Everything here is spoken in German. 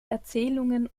erzählungen